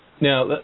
Now